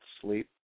sleep